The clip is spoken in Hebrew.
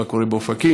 מה קורה באופקים,